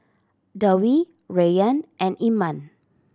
Dewi Rayyan and Iman